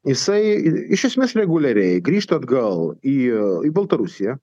jisai iš esmės reguliariai grįžta atgal į į baltarusiją